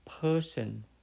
person